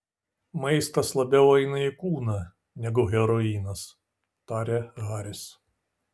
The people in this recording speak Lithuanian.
maistas labiau eina į kūną negu heroinas tarė haris